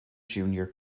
junior